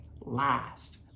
Last